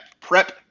prep